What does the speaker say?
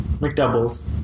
McDoubles